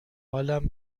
حالم